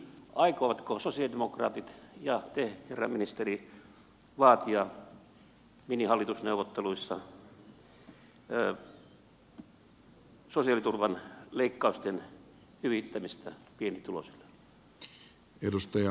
aikovatko sosialidemokraatit ja te herra ministeri vaatia minihallitusneuvotteluissa sosiaaliturvan leikkausten hyvittämisestä pienituloisille